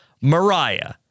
Mariah